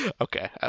Okay